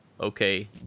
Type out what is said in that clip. okay